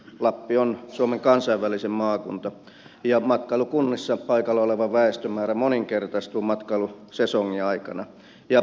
lappi on suomen kansainvälisin maakunta ja matkailukunnissa paikalla oleva väestömäärä moninkertaistuu matkailusesongin aikana